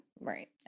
right